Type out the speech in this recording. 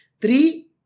Three